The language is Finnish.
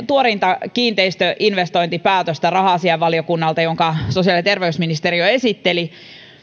tuoreinta kiinteistöinvestointipäätöstä jonka sosiaali ja terveysministeriö esitteli